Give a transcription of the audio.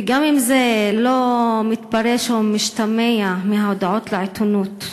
וגם אם זה לא מתפרש או משתמע מההודעות לעיתונות,